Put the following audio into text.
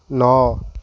ନଅ